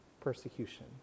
persecution